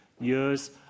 years